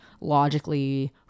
logically